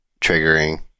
triggering